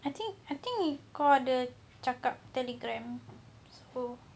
I think I think you kau ada cakap telegram oh